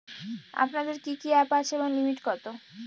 আপনাদের কি কি অ্যাপ আছে এবং লিমিট কত?